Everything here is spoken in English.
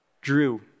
Drew